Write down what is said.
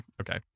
okay